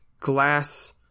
glass